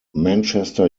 manchester